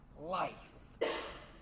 life